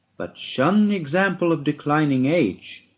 but shun the example of declining age.